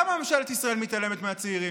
למה ממשלת ישראל מתעלמת מהצעירים?